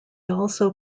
also